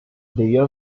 debió